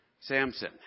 Samson